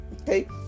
okay